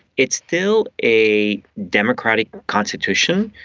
it's still a democratic constitution,